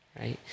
right